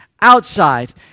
outside